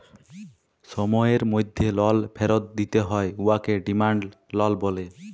সময়ের মধ্যে লল ফিরত দিতে হ্যয় উয়াকে ডিমাল্ড লল ব্যলে